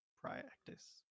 practice